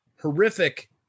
horrific